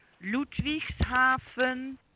Ludwigshafen